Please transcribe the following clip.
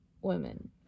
women